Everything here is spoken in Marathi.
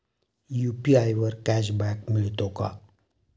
यु.पी.आय वर कॅशबॅक मिळतो का?